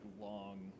long